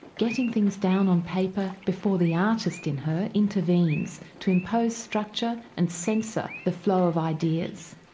getting things down on paper before the artist in her intervenes to impose structure and censor the flow of ideas.